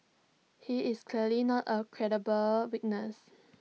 he is clearly not A credible witness